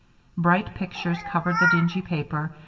bright pictures covered the dingy paper,